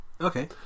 okay